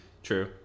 True